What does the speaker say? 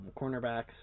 cornerbacks